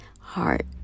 heart